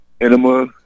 enema